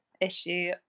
issue